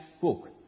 book